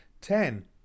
Ten